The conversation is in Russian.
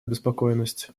обеспокоенность